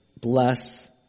bless